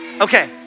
okay